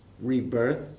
rebirth